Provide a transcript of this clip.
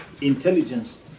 intelligence